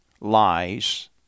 lies